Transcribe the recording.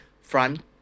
front